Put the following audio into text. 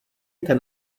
ten